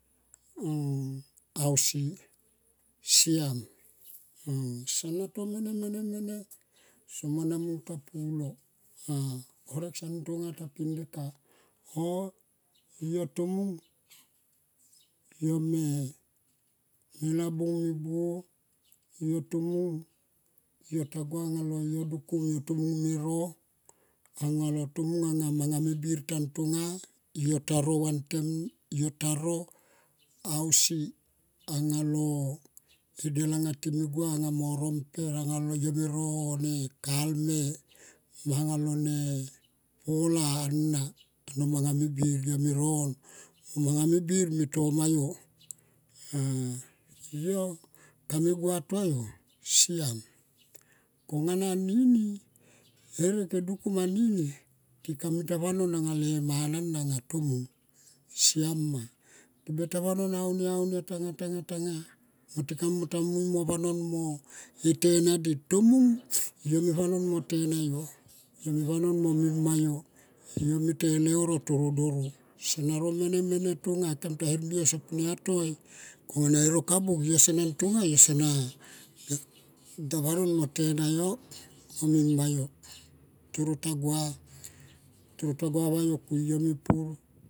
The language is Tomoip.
Au si siam gana to mene mene soma na muntua pulo horek son tonga ta pindle ka oh yo tomung yo me, me na bung mi buo tomung yota gua alo dukum. Yo tomoive me ro anga lo tomung anga manga me bir tan tonga. Yo taro ausi anga lo e del anga ti me gua per anga yo me ro oe kalme. Mo anga lo ne pola anga no manga me bir. Yo me ro on manga me bir me toma yo, ah yo kame gua tua yo siam. Konga na anini herek e dukum anini kami ta vanon anga le mana na tomung siam ma. Tibeta vanon ania tanga tanga mo ti kamui mo ne vanon mo e tena di. Tomung yo me vanon mo tena yo, yo me vanon mo mima yo, yo me to e leuro toro doro. Sona ro mene mene tonga kem ta her bi ya sopua toi konae roka buk. Yo sona tonga, yo sana yanon mo tena yo mo mima yo toro ta gua toro ta gua va yo ku yo me pur.